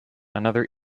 another